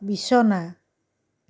বিছনা